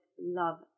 love